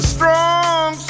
strong